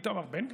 איתמר בן גביר,